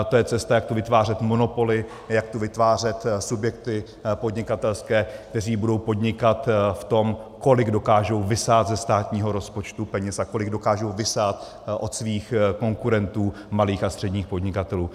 To je cesta, jak tu vytvářet monopoly, jak tu vytvářet subjekty podnikatelské, které budou podnikat v tom, kolik dokážou vysát ze státního rozpočtu peněz a kolik dokážou vysát od svých konkurentů, malých a středních podnikatelů.